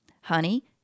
Honey